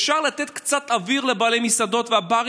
אפשר לתת קצת אוויר לבעלי המסעדות והברים